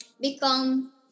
become